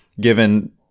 given –